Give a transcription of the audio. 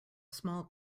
small